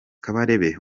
kabarebe